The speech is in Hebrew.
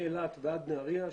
מאילת ועד נהריה,